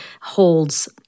holds